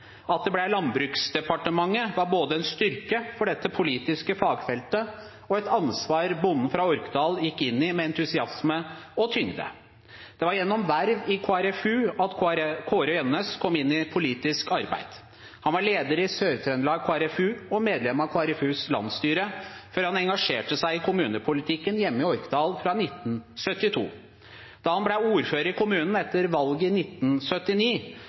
At det ble Landbruksdepartementet, var både en styrke for dette politiske fagfeltet og et ansvar bonden fra Orkdal gikk inn i med entusiasme og tyngde. Det var gjennom verv i KrFU at Kåre Gjønnes kom inn i politisk arbeid. Han var leder i Sør-Trøndelag KrFU og medlem av KrFUs landsstyre før han engasjerte seg i kommunepolitikken hjemme i Orkdal fra 1972. Da han ble ordfører i kommunen etter valget i 1979,